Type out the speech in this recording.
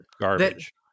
garbage